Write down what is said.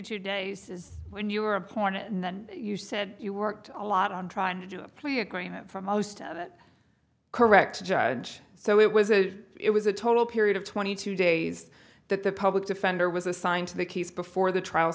two days when you were appointed and then you said you worked a lot on trying to do a plea agreement for most of it correct to judge so it was a it was a total period of twenty two days that the public defender was assigned to the case before the trial